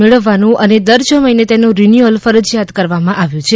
મેળવવાનું અને દર છ મહિને તેનું રિન્યુઅલ ફરજીયાત કરવામાં આવ્યું છે